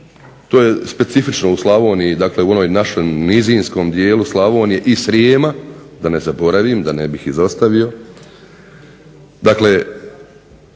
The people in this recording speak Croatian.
To je specifično u Slavoniji, u našem nizinskom dijelu Slavonije i Srijema, dakle, Viđ je prije svega